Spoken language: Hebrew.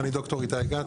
אני ד"ר איתי גת,